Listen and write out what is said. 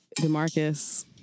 DeMarcus